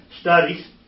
studies